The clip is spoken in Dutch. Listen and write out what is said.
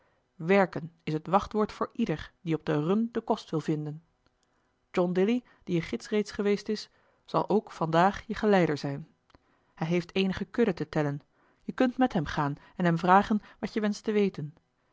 werken is het wachtwoord voor ieder die op de run den kost wil vinden john dilly die je gids reeds geweest is zal ook van daag je geleider zijn hij heeft eenige kudden te tellen je kunt met hem gaan en hem vragen wat je wenscht te weten